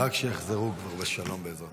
רק שיחזרו כבר בשלום, בעזרת השם.